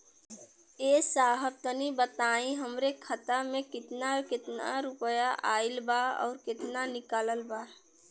ए साहब तनि बताई हमरे खाता मे कितना केतना रुपया आईल बा अउर कितना निकलल बा?